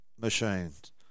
Machines